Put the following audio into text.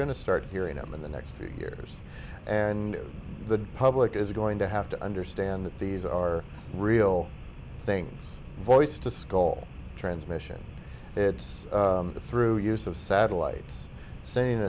to start hearing them in the next few years and the public is going to have to understand that these are real things voice to skull transmission it's through use of satellites sa